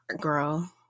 girl